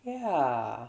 ya